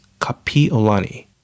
Kapi'olani